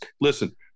Listen